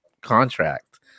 contract